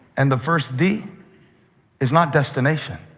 and the first d is not destination